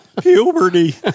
Puberty